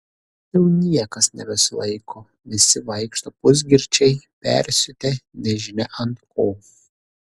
jau niekas nebesulaiko visi vaikšto pusgirčiai persiutę nežinia ant ko